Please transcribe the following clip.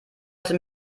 sind